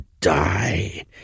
die